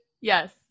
Yes